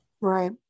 Right